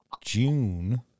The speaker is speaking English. June